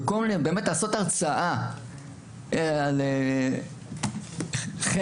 במקום לתת הרצאה על חרם,